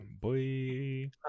Boy